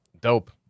Dope